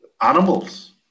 animals